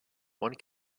one